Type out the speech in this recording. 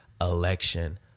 election